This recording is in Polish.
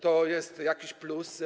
To jest jakiś plus.